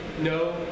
no